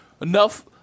Enough